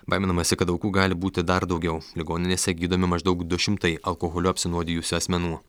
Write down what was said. baiminamasi kad aukų gali būti dar daugiau ligoninėse gydomi maždaug du šimtai alkoholiu apsinuodijusių asmenų